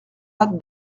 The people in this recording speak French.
hâte